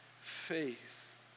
faith